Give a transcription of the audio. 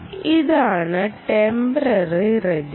ഇതാണ് temporary register